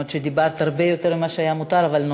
למרות שדיברת הרבה יותר ממה שמותר,